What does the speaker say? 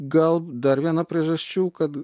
gal dar viena priežasčių kad